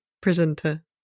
presenter